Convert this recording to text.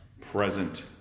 present